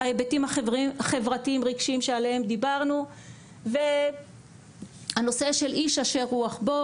ההיבטים החברתיים רגשיים שעליהם דיברנו והנושא של 'איש אשר רוח בו',